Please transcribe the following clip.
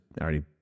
already